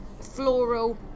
floral